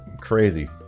crazy